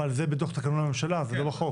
אבל זה בתוך תקנון הממשלה, זה לא בחוק.